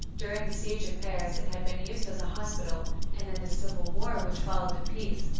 during the siege of paris it had been used as a hospital and in the civil war which followed the peace,